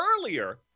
earlier